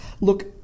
Look